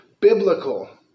biblical